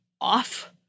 off